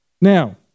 Now